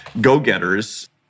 go-getters